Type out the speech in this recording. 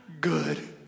good